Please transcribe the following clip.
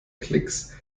klicks